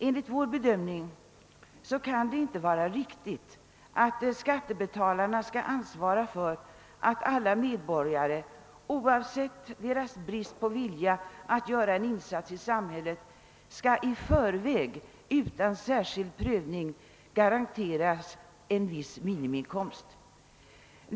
Enligt vår bedömning kan det inte vara riktigt att skattebetalarna skall ansvara för att alla medborgare, oavsett eventuell brist på vilja att göra en insats i samhället, i förväg utan särskild prövning skall garanteras en viss minimiinkomst.